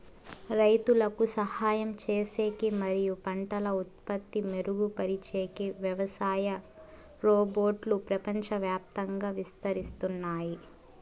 రైతులకు సహాయం చేసేకి మరియు పంటల ఉత్పత్తి మెరుగుపరిచేకి వ్యవసాయ రోబోట్లు ప్రపంచవ్యాప్తంగా విస్తరిస్తున్నాయి